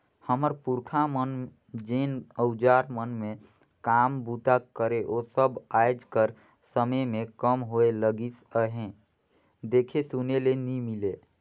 हमर पुरखा मन जेन अउजार मन मे काम बूता करे ओ सब आएज कर समे मे कम होए लगिस अहे, देखे सुने ले नी मिले